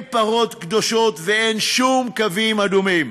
אין פרות קדושות ואין שום קווים אדומים.